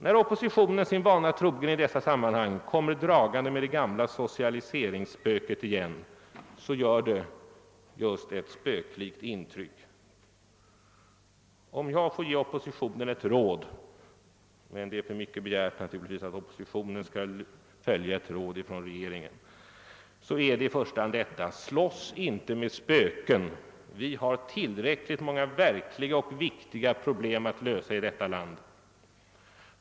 När oppositionen sin vana trogen i dessa sammanhang kommer dragande med det gamla socialiseringsspöket gör det just ett spöklikt intryck. Om jag får ge oppositionen ett råd — men det är naturligtvis för mycket begärt att oppositionen skall följa ett råd från regeringen — så är det i första hand detta: Slåss inte med spöken! Vi har tillräckligt många verkliga och viktiga problem att lösa i detta land.